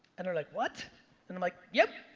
and they're like, what? and i'm like, yep.